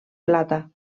plata